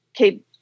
okay